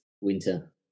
winter